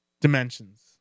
dimensions